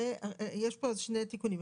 יש פה שני תיקונים.